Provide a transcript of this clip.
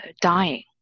dying